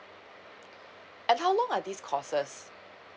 and how long are these courses